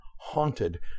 haunted